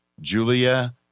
Julia